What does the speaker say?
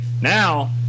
Now